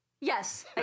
Yes